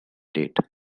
date